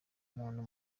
umuntu